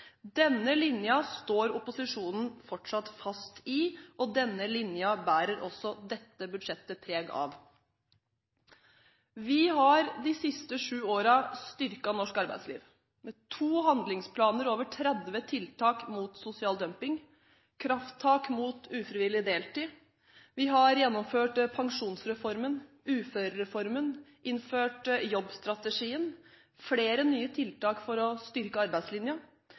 Denne linja står opposisjonen fortsatt fast ved, og denne linja bærer også dette budsjettet preg av. Vi har de siste sju årene styrket norsk arbeidsliv med to handlingsplaner, over 30 tiltak mot sosial dumping og krafttak mot ufrivillig deltid, vi har gjennomført pensjonsreformen og uførereformen, innført jobbstrategien, flere nye tiltak for å styrke arbeidslinja